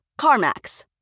CarMax